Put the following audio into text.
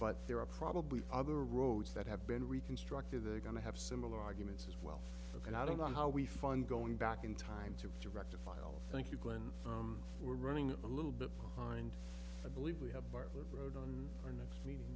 but there are probably other roads that have been reconstructed they're going to have similar arguments as well and i don't know how we find going back in time to to rectify all thank you glenn we're running a little bit behind i believe we have bartlett road on our next meeting